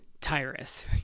tyrus